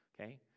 Okay